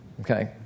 Okay